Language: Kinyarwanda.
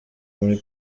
muri